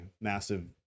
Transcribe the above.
Massive